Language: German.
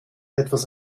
etwas